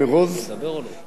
והוא תקף אותי.